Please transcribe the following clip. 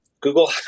Google